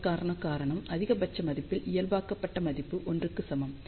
அதற்கான காரணம் அதிகபட்ச மதிப்பில் இயல்பாக்கப்பட்ட மதிப்பு 1 க்கு சமம்